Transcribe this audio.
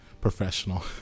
professional